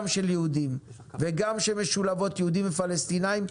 של יהודים וגם שמשולבות יהודים ופלסטינאים,